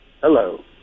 Hello